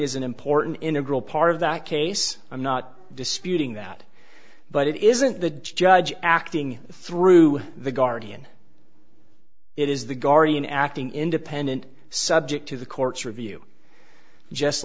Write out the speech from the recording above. is an important integral part of that case i'm not disputing that but it isn't the judge acting through the guardian it is the guardian acting independent subject to the court's review just